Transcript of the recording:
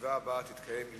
י"ט באייר